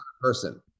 person